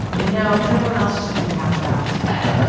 and no because everyone else just, kind of, passed out and went to bed.